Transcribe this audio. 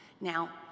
Now